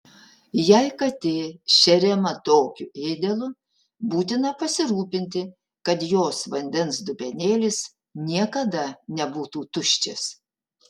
jei katė šeriama tokiu ėdalu būtina pasirūpinti kad jos vandens dubenėlis niekada nebūtų tuščias